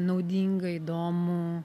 naudinga įdomu